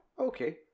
Okay